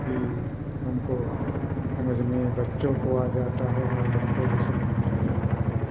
की हमको समझ में बच्चों को आ जाता है और हमको भी समझ में आ जाता है